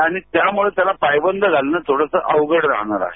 आणि त्यामुळे त्याला पायबंद घालण थोडसं अवघड आहे